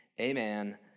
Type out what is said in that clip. amen